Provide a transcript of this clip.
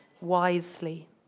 wisely